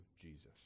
Jesus